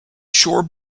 shore